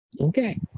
Okay